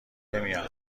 نمیان